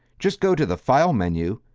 just go to the file menu,